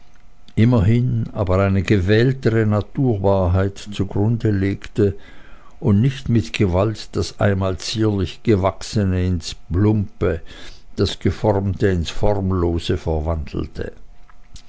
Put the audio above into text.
immerhin aber eine gewähltere naturwahrheit zugrunde legte und nicht mit gewalt das einmal zierlich gewachsene ins plumpe das geformte ins formlose verwandelte